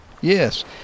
Yes